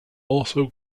also